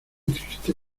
triste